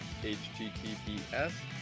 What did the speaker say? https